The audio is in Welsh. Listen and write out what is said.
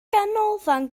ganolfan